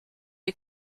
est